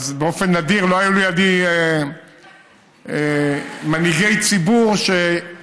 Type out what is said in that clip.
באופן נדיר לא היו לידי מנהיגי ציבור, הם